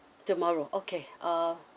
tomorrow okay err